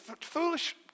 foolish